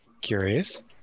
Curious